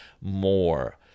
more